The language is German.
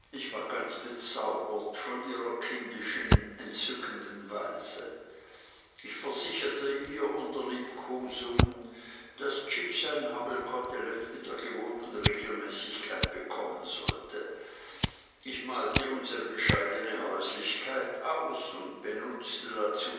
ich war ganz bezaubert von ihrer kindischen entzückenden weise ich versicherte ihr unter liebkosungen daß jip sein hammelkotelett mit der gewohnten regelmäßigkeit bekommen sollte ich malte unsere bescheidne häuslichkeit aus und benutzte dazu